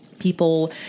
People